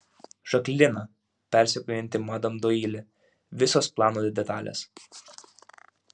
žaklina persekiojanti madam doili visos plano detalės